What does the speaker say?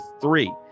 three